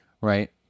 right